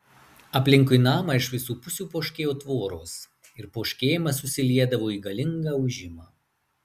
aplinkui namą iš visų pusių poškėjo tvoros ir poškėjimas susiliedavo į galingą ūžimą